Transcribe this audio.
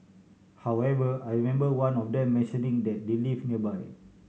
however I remember one of them mentioning that they live nearby